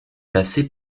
passé